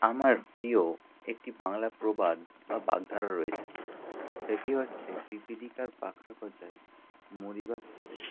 আমার প্রিয় একটি বাংলা প্রবাদ বা বাগধারা রয়েছে সেটি হচ্ছে পিপীলিকার পাখা গজায় মরিবার তরে